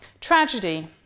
tragedy